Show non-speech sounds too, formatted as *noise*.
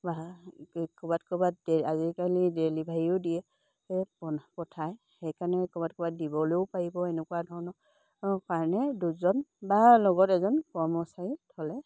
ক'ৰবাত ক'ৰবাত আজিকালি ডেলিভাৰীও দিয়ে পঠায় সেইকাৰণে ক'বাত ক'বাত দিবলেও পাৰিব এনেকুৱা ধৰণৰ কাৰণে দুজন বা লগত এজন কৰ্মচাৰী থ'লে *unintelligible*